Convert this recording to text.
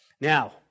Now